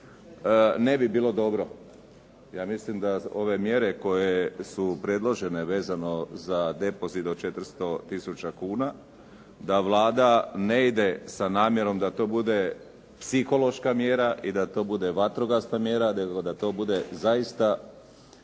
ne bi bilo dobro. Ja mislim da ove mjere koje su predložene vezano za depozit do 400 tisuća kuna da Vlada ne ide sa namjerom da to bude psihološka mjera i da to bude vatrogasna mjera, nego da to bude zaista